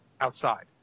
outside